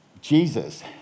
Jesus